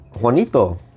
Juanito